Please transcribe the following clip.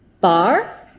bar